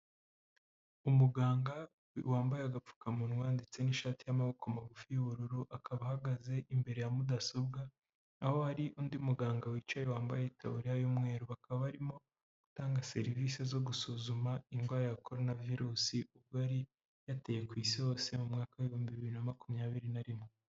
Umuganga wambaye agapfukamunwa ndetse n'ishati y'amaboko magufi y'ubururu, akaba ahagaze imbere ya mudasobwa, aho hari undi muganga wicaye wambaye itaburiya y'umweru, akaba arimo gutanga serivisi zo gusuzuma indwara ya korona-virusi, ubwo yari yateye ku isi hose mu mwakaa w'ibihumbi bibira na makumyabiri na rimwe.